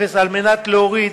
כדי להפחית